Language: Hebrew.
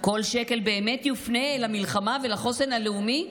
כל שקל באמת יופנה למלחמה ולחוסן הלאומי?